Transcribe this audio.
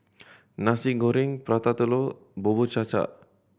Nasi Goreng Prata Telur Bubur Cha Cha